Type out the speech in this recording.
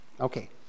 Okay